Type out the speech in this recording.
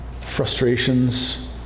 Frustrations